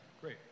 great